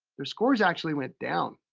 their scores actually went down.